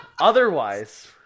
Otherwise